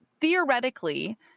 theoretically